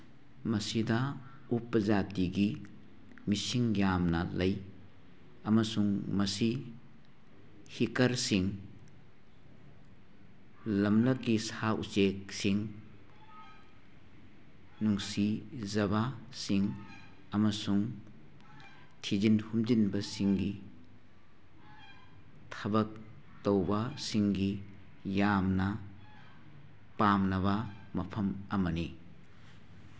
ꯃꯁꯤꯗ ꯎꯄꯖꯥꯇꯤꯒꯤ ꯃꯤꯁꯤꯡ ꯌꯥꯝꯅ ꯂꯩ ꯑꯃꯁꯨꯡ ꯃꯁꯤ ꯍꯤꯀꯔꯁꯤꯡ ꯂꯝꯂꯛꯀꯤ ꯁꯥ ꯎꯆꯦꯛꯁꯤꯡ ꯅꯨꯡꯁꯤꯖꯕꯁꯤꯡ ꯑꯃꯁꯨꯡ ꯊꯤꯖꯤꯟ ꯍꯨꯝꯖꯤꯟꯕꯁꯤꯡꯒꯤ ꯊꯕꯛ ꯇꯧꯕꯁꯤꯡꯒꯤ ꯌꯥꯝꯅ ꯄꯥꯝꯅꯕ ꯃꯐꯝ ꯑꯃꯅꯤ